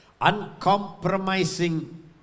Uncompromising